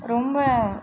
ரொம்ப